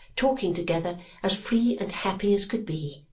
talking together as free and happy as could be.